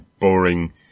boring